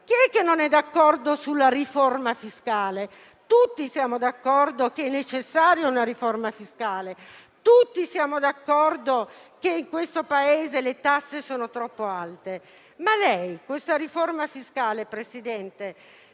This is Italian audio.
cosa: chi non è d'accordo sulla riforma fiscale? Tutti siamo d'accordo che è necessaria una riforma fiscale; tutti siamo d'accordo che in questo Paese le tasse sono troppo alte, ma lei per questa riforma fiscale, Presidente,